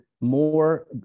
more